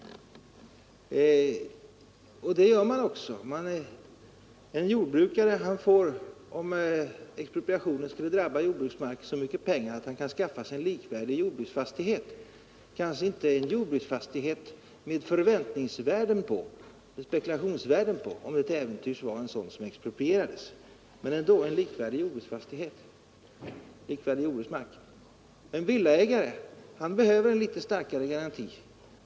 Det gör man också. En jordbrukare får, om expropriation skulle drabba jordbruksmark, så mycket pengar att han kan skaffa sig en likvärdig jordbruksfastighet — kanske inte en jordbruksfastighet med förväntningsvärden, spekulationsvärden på, om det till äventyrs var en sådan som exproprierades — men ändå likvärdig jordbruksmark. En villaägare behöver en något starkare garanti.